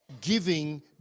giving